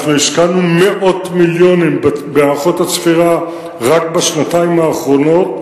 השקענו מאות מיליונים במערכות הצפירה רק בשנתיים האחרונות,